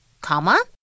comma